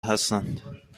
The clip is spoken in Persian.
هستند